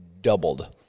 doubled